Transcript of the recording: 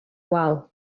wal